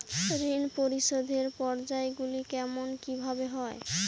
ঋণ পরিশোধের পর্যায়গুলি কেমন কিভাবে হয়?